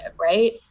right